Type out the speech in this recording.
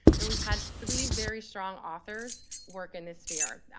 and we've had three very strong authors work in this sphere.